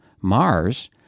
Mars